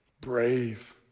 brave